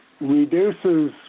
reduces